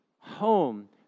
home